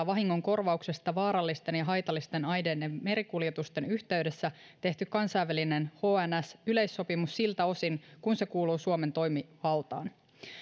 vahingonkorvauksesta vaarallisten ja haitallisten aineiden merikuljetusten yhteydessä tehty kansainvälinen hns yleissopimus siltä osin kuin se kuuluu suomen toimivaltaan